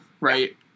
right